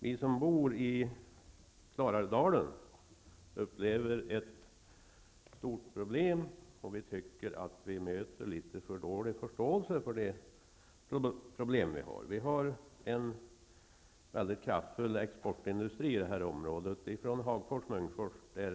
Vi som bor i Klarälvsdalen tycker att vi möter för dålig förståelse för de problem vi har. I Hagfors och Munkfors, där väg 62 går förbi, finns en kraftfull exportindustri.